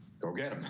go get it.